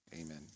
amen